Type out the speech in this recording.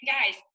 Guys